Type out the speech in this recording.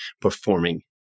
performing